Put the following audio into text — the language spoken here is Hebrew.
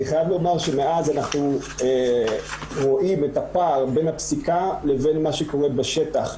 אני חייב לומר שמאז אנחנו רואים את הפער בין הפסיקה לבין מה שקורה בשטח.